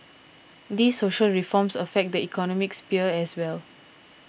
these social reforms affect the economic sphere as well